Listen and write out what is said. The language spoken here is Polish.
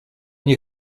nie